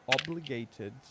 obligated